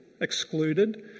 excluded